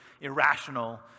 irrational